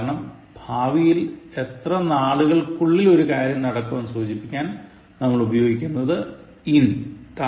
കാരണം ഭാവിയിൽ എത്ര നാളുകൾക്കുള്ളിൽ ഒരു കാര്യം നടക്കും എന്ന് സൂചിപ്പിക്കാൻ നമ്മൾ ഉപയോഗിക്കുന്നത് in